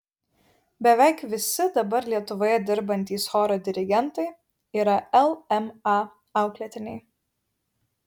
beveik visi dabar lietuvoje dirbantys choro dirigentai yra lma auklėtiniai